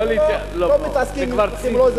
אנחנו לא מתעסקים באזרחים או לא אזרחים.